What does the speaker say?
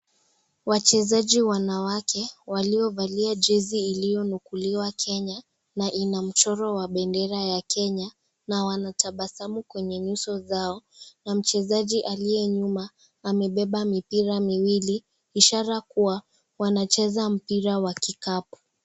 Wachezaji wanawake waliovalia jezi iliyonakuliwa Kenya na ina michoro wa bendera ya Kenya na wana tabasamu kwenye nyuso zao na mchezaji aliye nyuma amebeba mipira miwili ishara kuwa wanacheza mpira wa kikapu.